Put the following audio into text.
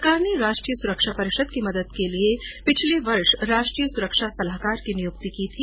सरकार ने राष्ट्रीय सुरक्षा परिषद की मदद के लिए पिछले वर्ष राष्ट्रीय सुरक्षा सलाहकार की नियुक्ति की थी